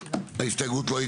מי נמנע?